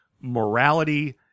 morality